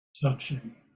touching